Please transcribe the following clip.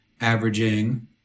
averaging –